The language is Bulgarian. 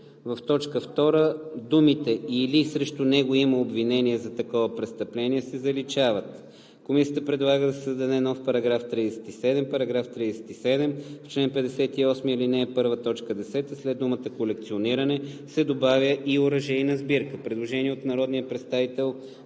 в т. 2 думите „или срещу него има обвинение за такова престъпление“ се заличават.“ Комисията предлага да се създаде нов § 37: „§ 37. В чл. 58, ал. 1, т. 10 след думата „колекциониране“ се добавя „и оръжейна сбирка“.“ Предложение на народния представител